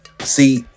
See